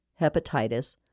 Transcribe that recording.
hepatitis